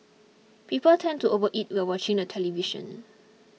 people tend to overeat while watching the television